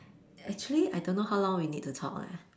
actually I don't know how long we need to talk leh